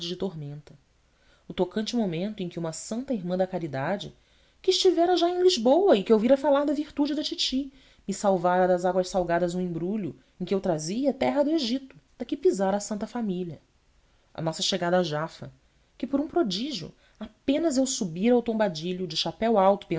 de tormenta o tocante momento em que uma santa irmã de caridade que estivera já em lisboa e que ouvira falar da virtude da titi me salvara das águas salgadas um embrulho em que eu trazia terra do egito da que pisara a santa família a nossa chegada a jafa que por um prodígio apenas eu subira ao tombadilho de chapéu alto